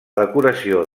decoració